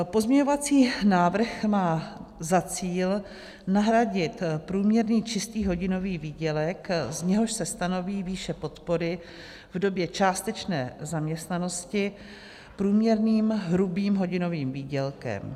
Pozměňovací návrh má za cíl nahradit průměrný čistý hodinový výdělek, z něhož se stanoví výše podpory v době částečné zaměstnanosti, průměrným hrubým hodinovým výdělkem.